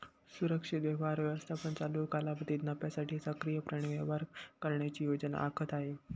सुरक्षित व्यवहार व्यवस्थापन चालू कालावधीत नफ्यासाठी सक्रियपणे व्यापार करण्याची योजना आखत आहे